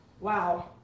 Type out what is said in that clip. Wow